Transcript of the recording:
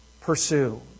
pursue